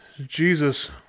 Jesus